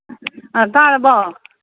ꯑ ꯇꯥꯔꯕꯣ